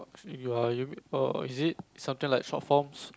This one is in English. ya you err is it something like short forms